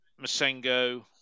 Masengo